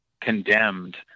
condemned